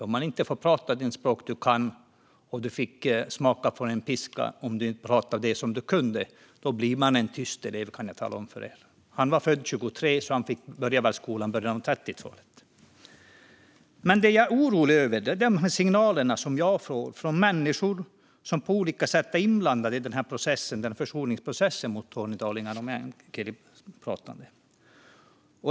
Om man inte får prata det språk man kan och om man får smaka piskan när man pratar det språket blir man en tyst elev. Det kan jag tala om för er. Jag är orolig över de signaler jag får från människor som på olika sätt är inblandade i försoningsprocessen när det gäller tornedalingar och meänkielitalande.